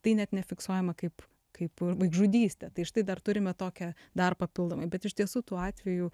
tai net nefiksuojama kaip kaip vaikžudystė tai štai dar turime tokią dar papildomai bet iš tiesų tų atvejų